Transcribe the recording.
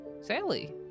Sally